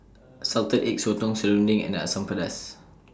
Salted Egg Sotong Serunding and Asam Pedas